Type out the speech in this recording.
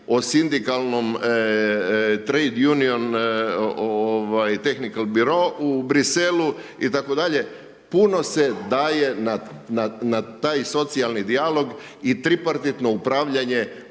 o sindikalnom Trade Union Tehnical Biro u Bruxellesu itd. Puno se daje na taj socijalni dijalog i tripartitno upravljanje